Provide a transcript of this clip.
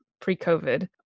pre-COVID